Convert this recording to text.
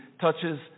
touches